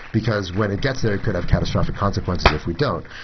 because when it gets there it could have catastrophic consequences if we don't.